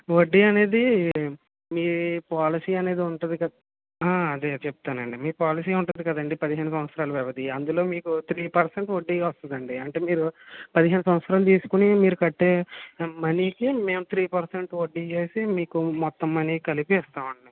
వడ్డీ అనేది మీ పాలసీ అనేది ఉంటుంది కదా అదే చెప్తానండీ మీ పాలసీ ఉంటుంది కదండీ పదిహేను సంవత్సరాల వ్యవధి అందులో మీకు త్రీ పర్సెంట్ వడ్డీ వస్తుందండీ అంటే మీరు పదిహేను సంవత్సరాలు తీసుకుని మీరు కట్టే మనీకి మేము త్రీ పర్సెంట్ వడ్డీ వేసి మీకు మొత్తం మనీ కలిపి ఇస్తామండీ